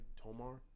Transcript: Tomar